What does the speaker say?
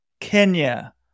Kenya